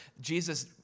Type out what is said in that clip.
Jesus